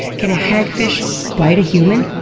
can a hagfish bite a human?